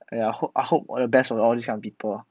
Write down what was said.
!aiya! hope I hope all the best for all these kind of people